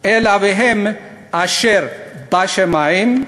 / אל אביהם אשר בשמים,